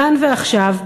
כאן ועכשיו,